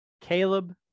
Caleb